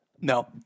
No